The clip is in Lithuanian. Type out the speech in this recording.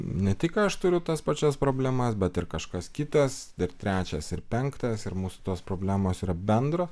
ne tik aš turiu tas pačias problemas bet ir kažkas kitas dar trečias ir penktas ir mūsų tos problemos yra bendros